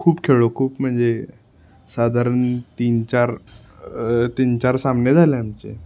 खूप खेळलो खूप म्हणजे साधारण तीन चार तीन चार सामने झाले आमचे